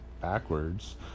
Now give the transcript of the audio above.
backwards